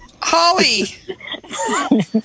Holly